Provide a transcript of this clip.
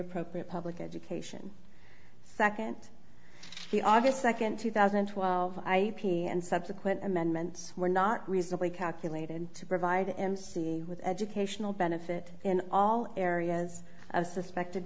appropriate public education second the obvious second two thousand and twelve i p and subsequent amendments were not reasonably calculated to provide mc with educational benefit in all areas of suspected